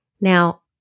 Now